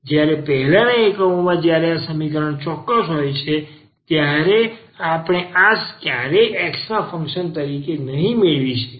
જ્યારે પહેલાના એકમાં જ્યારે સમીકરણ ચોક્કસ હોય છે ત્યારે આપણે આ ક્યારેય x ના ફંક્શન તરીકે નહીં મેળવી શકીએ